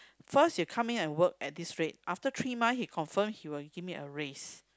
first you come in and work at this rate after three month he confirm he will give me a raise